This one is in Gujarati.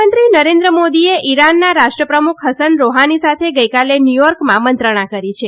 પ્રધાનમંત્રી નરેન્દ્ર મોદીએ ઈરાનના રાષ્ટ્રપ્રમુખ હસન રૌહાની સાથે ગઈકાલે ન્યુયોર્કમાં મંત્રણા કરી છે